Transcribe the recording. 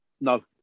No